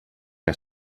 que